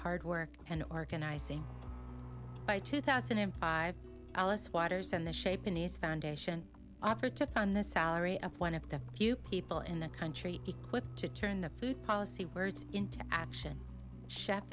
hard work and organizing by two thousand and five alice waters and the shape in its foundation after took on the salary of one of the few people in the country equipped to turn the food policy words into action chef